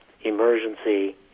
emergency